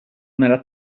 nella